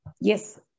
Yes